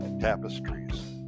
tapestries